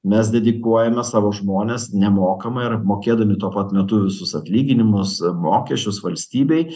mes dedikuojame savo žmones nemokamai ir apmokėdami tuo pat metu visus atlyginimus mokesčius valstybei